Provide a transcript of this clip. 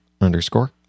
underscore